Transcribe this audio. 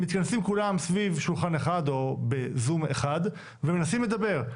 מתכנסים כולם סביב שולחן אחד או בזום אחד ומנסים לדבר,